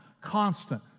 constant